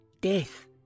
Death